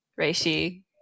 reishi